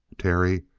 terry,